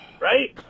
right